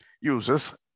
uses